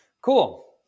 Cool